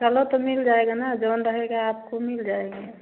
चलो तो मिल जाएगा ना जो रहेगा आपको मिल जाएगा